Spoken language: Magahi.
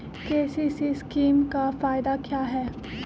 के.सी.सी स्कीम का फायदा क्या है?